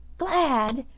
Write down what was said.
glad!